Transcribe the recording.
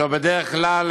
בדרך כלל,